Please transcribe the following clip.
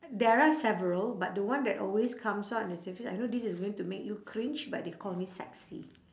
there are several but the one that always comes out in I know this is going to make you cringe but they call me sexy